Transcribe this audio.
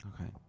Okay